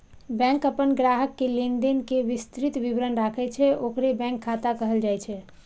bank अपन ग्राहक के लेनदेन के विस्तृत विवरण राखै छै, ओकरे बैंक खाता कहल जाइ छै